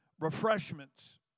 refreshments